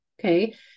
okay